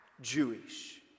jewish